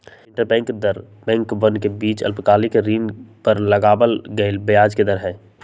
interbank दर बैंकवन के बीच अल्पकालिक ऋण पर लगावल गेलय ब्याज के दर हई